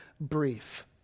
brief